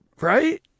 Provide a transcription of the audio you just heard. Right